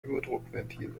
überdruckventil